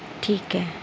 ਠੀਕ ਹੈ